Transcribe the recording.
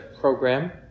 program